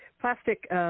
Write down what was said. plastic